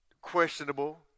questionable